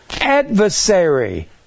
adversary